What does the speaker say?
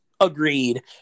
agreed